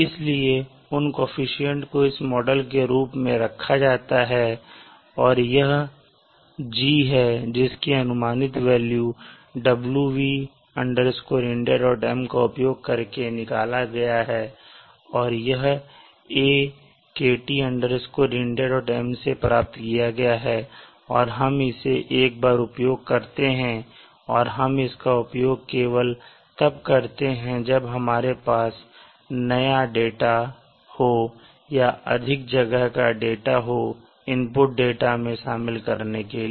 इसलिए उन कोअफिशन्ट को इस मॉडल रूप में रखा जाता है और यह G है जिसकी अनुमानित वेल्यू wv Indiam का उपयोग करके निकाला गया है और यह A kt Indiam से प्राप्त किया गया है और हम इसे एक बार उपयोग करते हैं और हम इसका उपयोग केवल तब करते हैं जब हमारे पास नया डेटा हो या अधिक जगह का डेटा हो इनपुट डेटा में शामिल करने के लिए